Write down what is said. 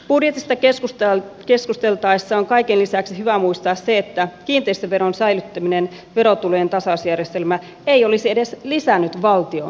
budjetista keskusteltaessa on kaiken lisäksi hyvä muistaa se että kiinteistöveron säilyttäminen verotulojen tasausjärjestelmässä ei olisi edes lisännyt valtion menoja